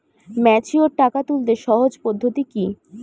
Mature টাকা তুলতে সহজ পদ্ধতি কি?